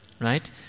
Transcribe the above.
Right